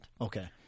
Okay